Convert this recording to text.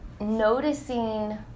noticing